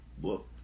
Whoop